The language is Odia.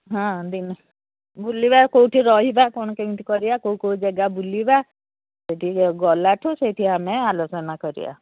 ହଁ ଦିନ ବୁଲିବା କୋଉଠି ରହିବା କଣ କେମିତି କରିବା କୋଉ କୋଉ ଜାଗା ବୁଲିବା ସେଠି ଗଲାଠୁ ସେଇଠି ଆମେ ଆଲୋଚନା କରିବା